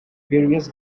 various